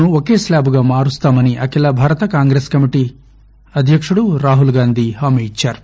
ని ఒకే శ్లాబ్గా మారుస్తామని అఖిల భారత కాంగ్రెస్ కమిటీ అధ్యకుడు రాహుల్ గాంధీ హామీ ఇచ్చారు